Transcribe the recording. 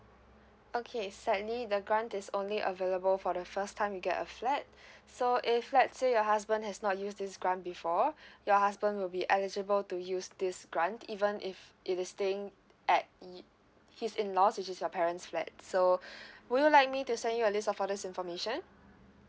okay sadly the grant is only available for the first time you get a flat so if let's say your husband has not use this grant before your husband will be eligible to use these grant even if it is staying at i~ his in laws which is your parent's flat so would you like me to send you a list of all these information